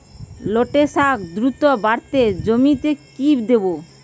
লটে শাখ দ্রুত বাড়াতে জমিতে কি দেবো?